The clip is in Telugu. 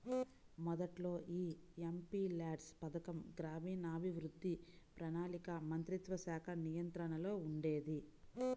మొదట్లో యీ ఎంపీల్యాడ్స్ పథకం గ్రామీణాభివృద్ధి, ప్రణాళికా మంత్రిత్వశాఖ నియంత్రణలో ఉండేది